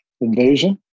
invasion